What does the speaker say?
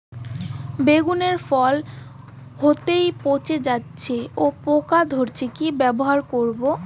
বেগুনের ফল হতেই পচে যাচ্ছে ও পোকা ধরছে কি ব্যবহার করব?